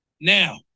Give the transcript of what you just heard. Now